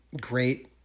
great